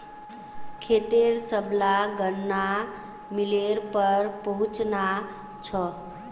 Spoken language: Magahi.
खेतेर सबला गन्ना मिलेर पर पहुंचना छ